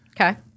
Okay